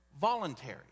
voluntary